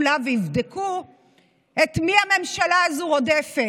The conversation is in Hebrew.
לה ויבדקו את מי הממשלה הזו רודפת.